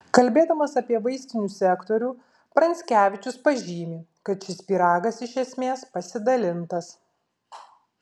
kalbėdamas apie vaistinių sektorių pranckevičius pažymi kad šis pyragas iš esmės pasidalintas